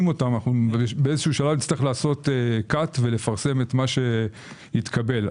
אותן נצטרך לעשות קאט ולפרסם את מה שהתקבל.